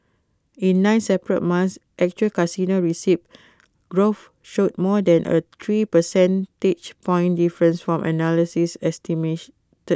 in nine separate months actual casino receipts growth showed more than A three percentage point difference from analyst estimates